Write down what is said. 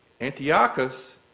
Antiochus